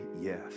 yes